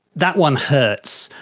that one hurts.